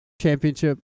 championship